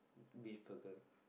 big burger